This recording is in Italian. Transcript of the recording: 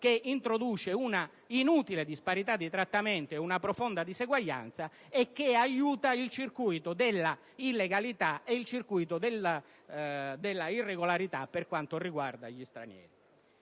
che introduce un'inutile disparità di trattamento e una profonda diseguaglianza e che aiuta il circuito dell'illegalità e dell'irregolarità per quanto riguarda gli stranieri.